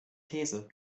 these